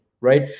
right